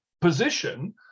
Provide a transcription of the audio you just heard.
position